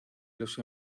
los